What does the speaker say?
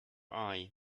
eye